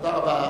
תודה רבה.